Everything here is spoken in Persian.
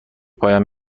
پایان